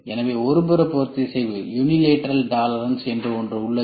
எனவே ஒருபுற பொறுத்திசைவு என்று ஒன்று உள்ளது